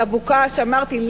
להראות מה שאמרתי,